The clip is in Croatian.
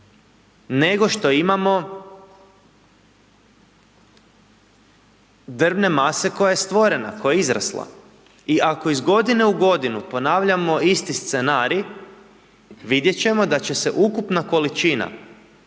nego što imamo drvne mase koja je stvorena, koja je izrasla i ako iz godine u godinu ponavljamo isti scenarij vidjet ćemo da će se ukupna količina